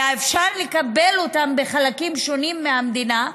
היה אפשר לקבל אותם בחלקים שונים מהמדינה,